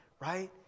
right